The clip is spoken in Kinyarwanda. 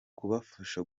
kubafasha